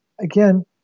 again